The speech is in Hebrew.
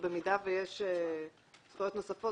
ואם יש זכויות נוספות,